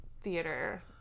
theater